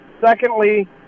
Secondly